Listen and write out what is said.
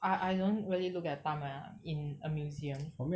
I I don't really look at time ah in a museum